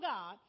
God